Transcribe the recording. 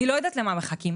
אני לא יודעת למה מחכים.